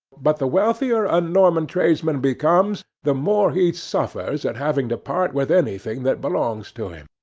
but, the wealthier a norman tradesman becomes, the more he suffers at having to part with anything that belongs to him,